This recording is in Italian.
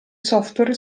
software